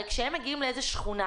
כשהם מגיעים לאיזו שכונה,